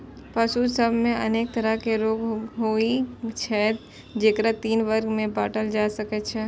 पशु सभ मे अनेक तरहक रोग होइ छै, जेकरा तीन वर्ग मे बांटल जा सकै छै